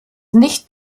nicht